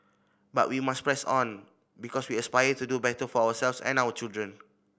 but we must press on because we aspire to do better for ourselves and our children